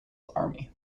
army